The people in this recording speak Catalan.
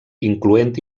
incloent